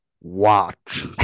watch